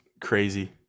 crazy